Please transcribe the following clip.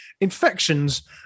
infections